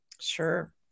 Sure